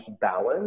balance